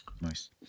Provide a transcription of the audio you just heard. Nice